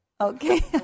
Okay